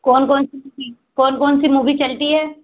कौन कौन सी कौन कौन सी मूवी चलती हे